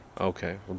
Okay